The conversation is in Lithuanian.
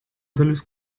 dalis